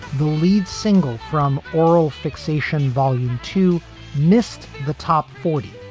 the lead single from oral fixation volume two missed the the top forty,